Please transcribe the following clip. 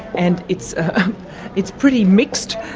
and it's it's pretty mixed